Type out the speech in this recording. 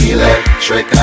Electric